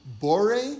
bore